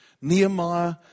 Nehemiah